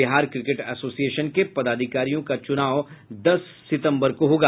Bihar cricket association के पदाधिकारियों का चुनाव दस सितम्बर को होगा